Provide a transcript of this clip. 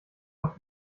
doch